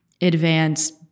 advanced